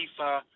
FIFA